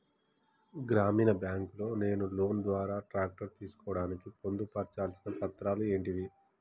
గ్రామీణ బ్యాంక్ లో నేను లోన్ ద్వారా ట్రాక్టర్ తీసుకోవడానికి పొందు పర్చాల్సిన పత్రాలు ఏంటివి?